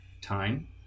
time